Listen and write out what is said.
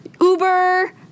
Uber